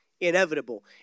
inevitable